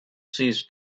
these